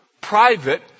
private